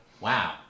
Wow